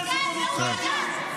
עבריינים הפכו להיות אלוהים כאן.